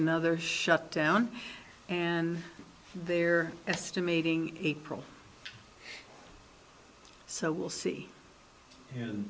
another shutdown and they're estimating april so we'll see you know